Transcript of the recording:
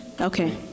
Okay